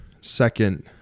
second